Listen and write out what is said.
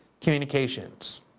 communications